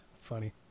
Funny